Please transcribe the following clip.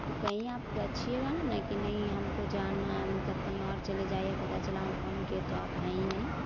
تو کہیں آپ گچھیے گا نہ نہ کہ نہیں ہم کو جانا ہے مطلب کہیں اور چلے جائیے پتہ چلا ہم فون کیے تو آپ ہیں ہی نہیں